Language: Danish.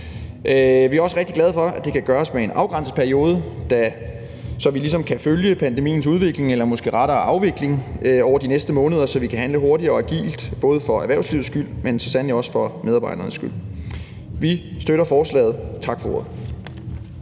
Vi er også rigtig glade for, at det kan gøres i en afgrænset periode, så vi ligesom kan følge pandemiens udvikling eller måske rettere afvikling over de næste måneder, så vi kan handle hurtigt og agilt, både for erhvervslivets skyld, men så sandelig også for medarbejdernes skyld. Vi støtter forslaget. Tak for ordet.